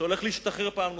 שהולך להשתחרר פעם נוספת.